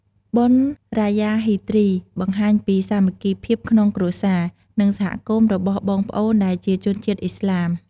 បុណ្យរ៉ាយ៉ា ហ្វីទ្រី បង្ហាញពីសាមគ្គីភាពក្នុងគ្រួសារ និងសហគមន៍របស់បងប្អូនដែលជាជនជាតិឥស្លាម។